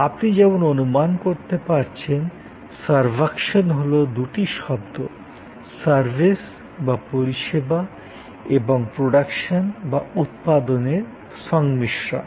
আপনি যেমন অনুমান করতে পারছেন সার্ভাকশন হল দুটি শব্দ সার্ভিস বা পরিষেবা এবং প্রোডাক্শন বা উৎপাদনের সংমিশ্রণ